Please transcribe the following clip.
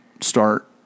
start